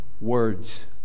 words